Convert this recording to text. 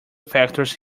factors